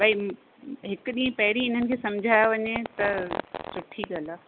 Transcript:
भई हिकु ॾींहुं पहिरीं इन्हनि खे सम्झायो वञे त सुठी ॻाल्हि आहे